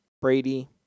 Brady